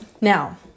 Now